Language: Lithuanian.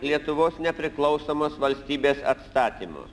lietuvos nepriklausomos valstybės atstatymo